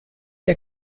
der